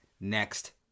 next